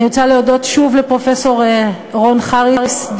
אני רוצה להודות שוב לפרופסור רון חריס,